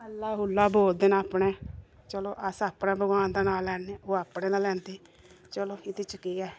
अल्लाह् उल्ला बगैरा बोलदे न अपने चलो अस अपने भगवान दा नांऽ लैन्ने ओह् अपने दा लैंदे चलो एहदे च केह् ऐ